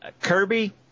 Kirby